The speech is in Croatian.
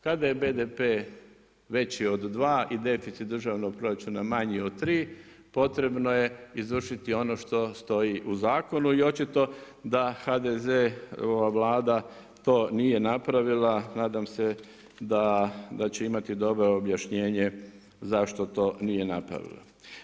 Kada je BDP veći od 2 i deficit državnog proračuna manji od 3 potrebno je izvršiti ono što stoji u zakonu i očito da HDZ-ova Vlada to nije napravila, nadam se da će imati dobro objašnjenje zašto to nije napravila.